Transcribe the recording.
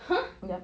!huh!